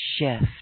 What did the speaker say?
shift